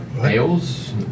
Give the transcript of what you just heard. Ales